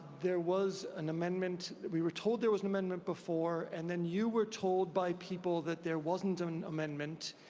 there was an amendment, we were told there was an amendment before and then you were told by people that there wasn't an amendment,